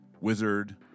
Wizard